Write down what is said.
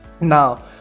now